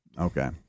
Okay